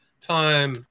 time